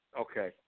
Okay